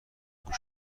گوش